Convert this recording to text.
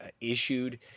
issued